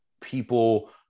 people